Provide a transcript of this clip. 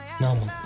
normal